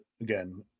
again